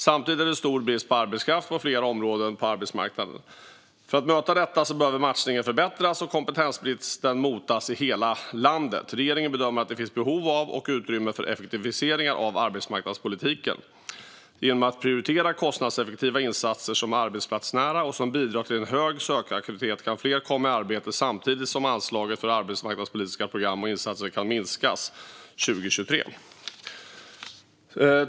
Samtidigt är det stor brist på arbetskraft på flera områden på arbetsmarknaden. För att möta detta behöver matchningen förbättras och kompetensbristen motas i hela landet. Regeringen bedömer att det finns behov av och utrymme för effektiviseringar av arbetsmarknadspolitiken. Genom att prioritera kostnadseffektiva insatser som är arbetsplatsnära och bidrar till en hög sökaktivitet kan fler komma i arbete, samtidigt som anslaget för arbetsmarknadspolitiska program och insatser kan minskas 2023.